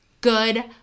good